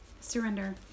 Surrender